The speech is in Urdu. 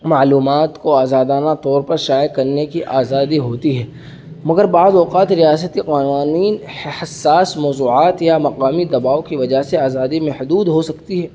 معلومات کو آزادانہ طور پر شائع کرنے کی آزادی ہوتی ہے مگر بعض اوقات ریاستی قوانین حساس موضوعات یا مقامی دباؤ کی وجہ سے آزادی محدود ہو سکتی ہے